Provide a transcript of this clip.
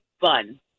fun